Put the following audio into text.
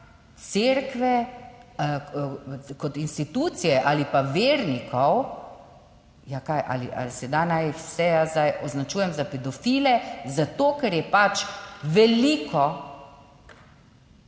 cerkve kot institucije ali pa vernikov. Ja, kaj, ali sedaj naj vse jaz zdaj označujem za pedofile, zato ker je pač veliko